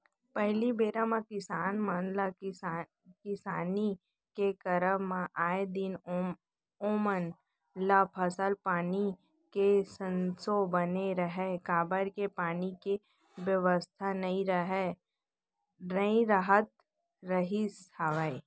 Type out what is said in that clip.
पहिली बेरा म किसान मन ल किसानी के करब म आए दिन ओमन ल फसल पानी के संसो बने रहय काबर के पानी के बेवस्था नइ राहत रिहिस हवय